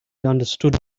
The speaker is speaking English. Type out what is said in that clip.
understood